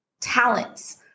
talents